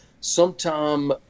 sometime